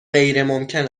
غیرممکن